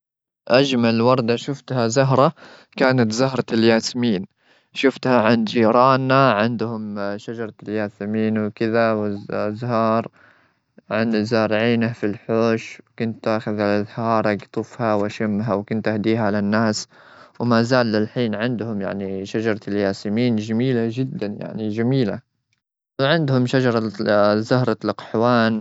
أجمل وردة شفتها زهرة كانت زهرة الياسمين. شفتها عند جيراننا، عندهم شجرة الياسمين وكذا وأز-أزهار. وعنا زارعينه في الحوش. وكنت أخذ الأزهار أجطفها واشمها، وكنت أهديها للناس. وما زال للحين عندهم يعني شجرة الياسمين جميل-جميلة جدا، يعني جميلة. وعندهم شجرة زهرة الأقحوان.